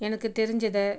எனக்கு தெரிஞ்சதை